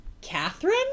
Catherine